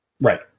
Right